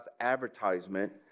advertisement